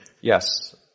Yes